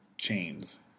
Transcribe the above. chains